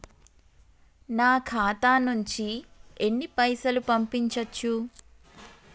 నా ఖాతా నుంచి ఎన్ని పైసలు పంపించచ్చు?